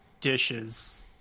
dishes